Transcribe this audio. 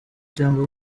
cyangwa